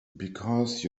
because